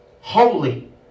holy